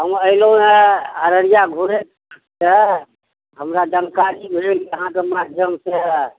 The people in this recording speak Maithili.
हम अयलहुँ हँ अररिया घुरे बास्ते हमरा जानकारी भेल अहाँके माध्यम से